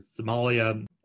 Somalia